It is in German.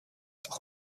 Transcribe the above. auch